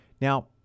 Now